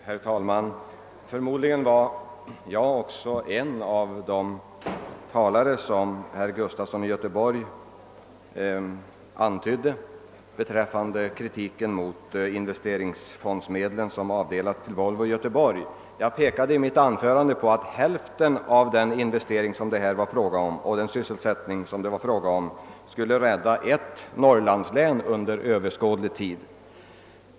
Herr talman! Förmodligen var jag en av de talare som herr Gustafson i Göteborg åsyftade, som hade framfört kritik mot att Volvo fått ta i anspråk investeringsfondsmedel. Jag påpekade att hälften av den investering och sysselsättning som det var fråga om skulle kunna rädda ett län i Norrland under överskådlig tid.